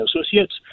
associates